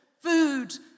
food